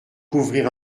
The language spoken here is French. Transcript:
couvrir